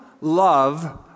love